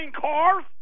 cars